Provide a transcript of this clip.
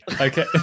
Okay